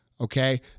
okay